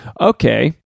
okay